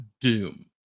Doom